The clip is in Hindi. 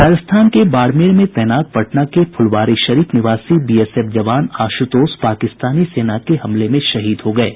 राजस्थान के बाड़मेर में तैनात पटना के फुलवारीशरीफ निवासी बीएसएफ जवान आश्रतोष पाकिस्तानी सेना के हमले में शहीद हो गये